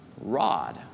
rod